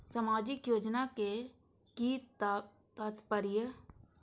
सामाजिक योजना के कि तात्पर्य?